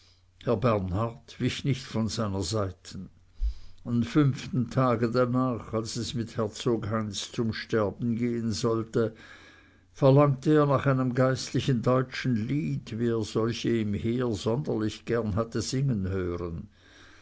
bernhard wich nicht von seiner seiten am fünften tage danach als es mit herzog heinz zum sterben gehen sollte verlangte er nach einem geistlichen deutschen lied wie er solche im heer sonderlich gern hatte singen hören